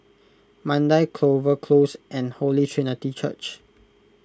Mandai Clover Close and Holy Trinity Church